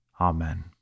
Amen